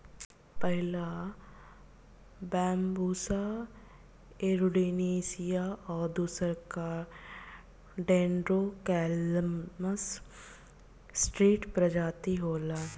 पहिला Bambusa arundinacea आ दूसरका डेन्ड्रोकैलामस स्ट्रीक्ट्स प्रजाति होला